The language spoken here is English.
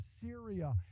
Syria